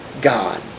God